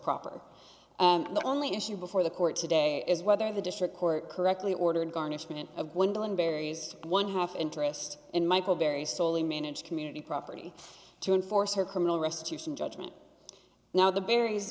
proper and the only issue before the court today is whether the district court correctly ordered garnishment of gwendolyn barry's one half interest in michael very slowly managed community property to enforce her criminal restitution judgment now the berries